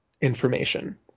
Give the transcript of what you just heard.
information